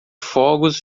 fogos